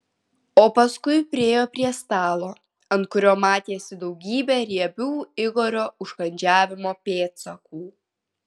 o paskui priėjo prie stalo ant kurio matėsi daugybė riebių igorio užkandžiavimo pėdsakų